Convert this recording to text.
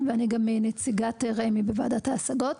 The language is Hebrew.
ואני גם נציגת רמ"י בוועדת ההשגות.